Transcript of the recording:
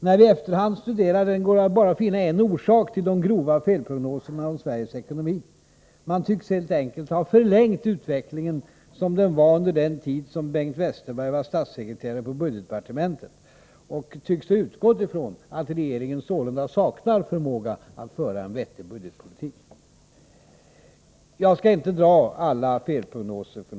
När vi i efterhand studerar den går det bara att finna en orsak till de grova felprognoserna om Sveriges ekonomi: Man tycks helt enkelt ha förlängt utvecklingen som den var under den tid som Bengt Westerberg var statssekreterare på budgetdepartementet, och man tycks ha utgått från att regeringen sålunda saknar förmåga att föra en vettig budgetpolitik. Jag skall inte dra alla felprognoser här.